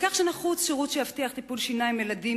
על כך שנחוץ שירות שיבטיח טיפול שיניים לילדים